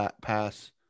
pass